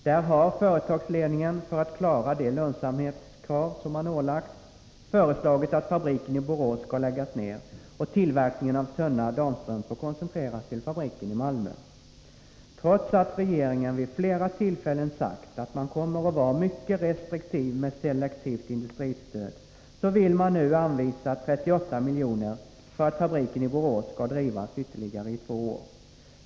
Där har företagsledningen, för att klara det lönsamhetskrav som man ålagts, föreslagit att fabriken i Borås skall läggas ned och tillverkningen av tunna damstrumpor koncentreras till fabriken i Malmö. Trots att regeringen vid flera tillfällen sagt att man kommer att vara mycket restriktiv med selektivt industristöd så vill man nu anvisa 38 milj.kr. för att fabriken i Borås skall drivas ytterligare två år.